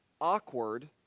awkward